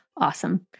Awesome